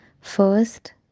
First